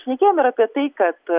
šnekėjom ir apie tai kad